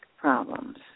problems